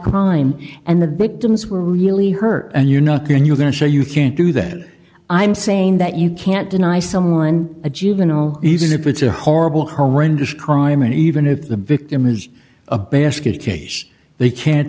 crime and the victims were really hurt and you're not going you're going to show you can't do that i'm saying that you can't deny someone a juvenile even if it's a horrible horrendous crime and even if the victim is a basket case they can't